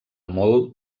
molt